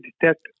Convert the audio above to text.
detect